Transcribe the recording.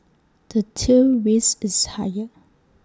the tail risk is higher